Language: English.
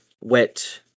wet